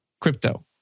crypto